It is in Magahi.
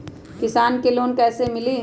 किसान के लोन कैसे मिली?